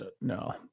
No